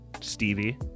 Stevie